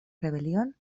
rebelión